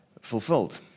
fulfilled